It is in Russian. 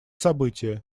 событие